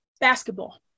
basketball